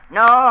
no